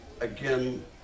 again